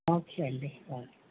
okay అండి bye